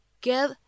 give